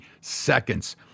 seconds